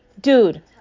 Dude